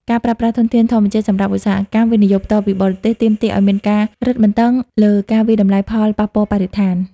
ការប្រើប្រាស់ធនធានធម្មជាតិសម្រាប់ឧស្សាហកម្ម វិនិយោគផ្ទាល់ពីបរទេស ទាមទារឱ្យមានការរឹតបន្តឹងលើការវាយតម្លៃផលប៉ះពាល់បរិស្ថាន។